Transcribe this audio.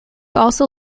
also